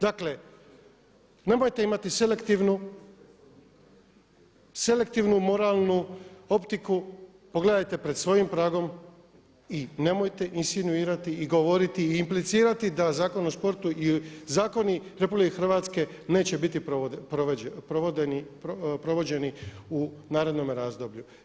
Dakle, nemojte imati selektivnu moralnu optiku, pogledajte pred svojim pragom i nemojte insinuirati i govoriti i implicirati da Zakon o sportu i zakoni Republike Hrvatske neće biti provođeni u narednom razdoblju.